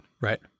Right